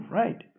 right